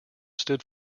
stood